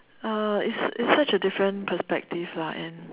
uh it's it's such a different perspective lah and